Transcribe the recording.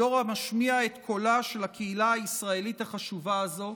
דור המשמיע את קולה של הקהילה הישראלית החשובה הזאת,